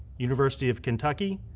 university of kentucky,